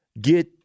get